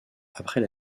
après